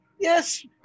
Yes